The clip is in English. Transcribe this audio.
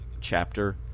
chapter